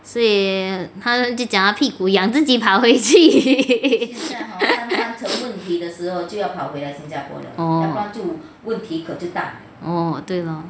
所以他就讲他屁股痒自己跑回去 orh orh 对 lor